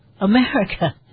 America